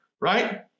right